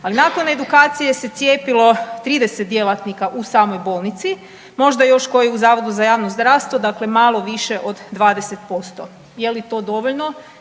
ali nakon edukacije se cijepilo 30 djelatnika u samoj bolnici, možda još koji u Zavodu za javno zdravstvo, dakle malo više od 20%. Je li to dovoljno?